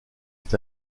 est